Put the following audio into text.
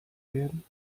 werden